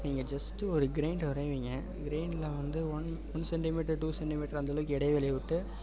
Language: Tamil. நீங்கள் ஜஸ்ட்டு ஒரு கிரைன் வரைவீங்க கிரைனில் வந்து one one centimetre to centimetre அந்த அளவுக்கு இடைவெளி விட்டு